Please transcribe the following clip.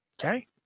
Okay